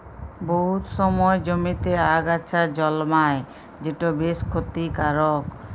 বহুত সময় জমিতে আগাছা জল্মায় যেট বেশ খ্যতিকারক